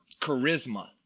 charisma